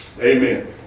Amen